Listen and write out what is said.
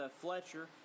Fletcher